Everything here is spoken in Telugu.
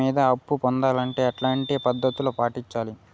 వ్యాపారం మీద అప్పు పొందాలంటే ఎట్లాంటి పద్ధతులు పాటించాలి?